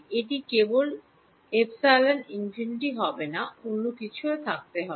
এটি কেবল হবে না ε∞ অন্য কিছু থাকতে হবে